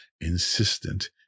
Insistent